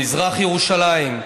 במזרח ירושלים,